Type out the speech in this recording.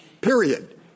Period